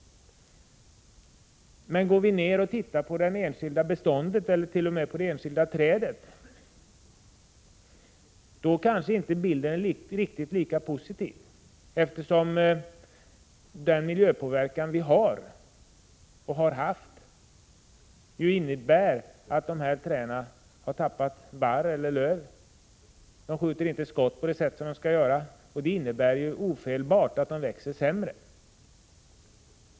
Men tittar vi på det enskilda beståndet eller t.o.m. på det enskilda trädet, kanske inte bilden är riktigt lika positiv. Den miljöpåverkan som sker och som har skett innebär ju att träden har tappat barr eller löv och inte skjuter skott på det sätt som de skall göra. Det innebär ofelbart att de växer sämre.